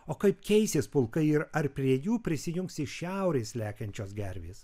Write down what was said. o kaip keisis pulkai ir ar prie jų prisijungs iš šiaurės lekiančios gervės